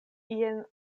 ien